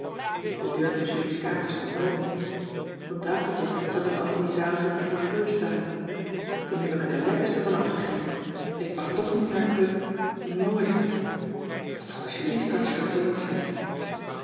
de deur van julie's kamer stond open op een tafeltje zag ik al van die zalige petit fours staan toen heb ik er de lekkerste vanaf gegeten ik mag toch niet naar club nooit wat zal julie straks vertoornd zijn